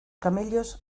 camellos